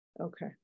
okay